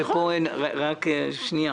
רק נזק לציבור.